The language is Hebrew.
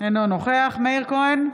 אינו נוכח מאיר כהן,